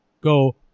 Go